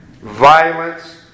violence